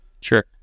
Sure